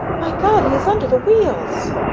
my god, he is under the wheels!